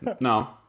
No